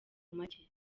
macye